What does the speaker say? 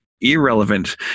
irrelevant